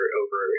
over